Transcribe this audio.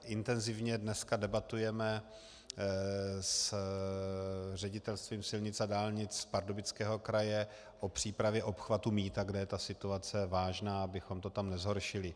Intenzivně dneska debatujeme s Ředitelstvím silnic a dálnic Pardubického kraje o přípravě obchvatu Mýta, kde je ta situace vážná, abychom to tam nezhoršili.